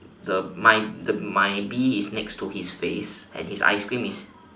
the my the my bee is next to his face and his ice cream is